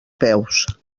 peus